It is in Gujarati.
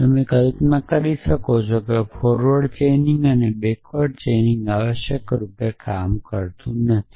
તમે કલ્પના કરી શકો છો કે ફોરવર્ડ ચેઇનિંગઅને બેક્વર્ડ ચેઇનિંગઆવશ્યકરૂપે કામ કરતું નથી